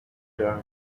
term